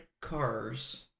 cars